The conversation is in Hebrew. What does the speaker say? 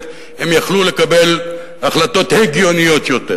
הם יכלו לקבל החלטות הגיוניות יותר.